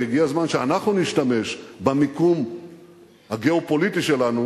והגיע הזמן שאנחנו נשתמש במיקום הגיאו-פוליטי שלנו,